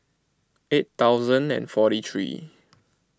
eight thousand and forty three